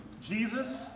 Jesus